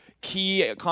key